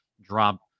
drop